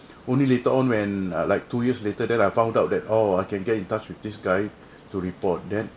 only later on when err like two years later then I found out that oh I can get in touch with this guy to report then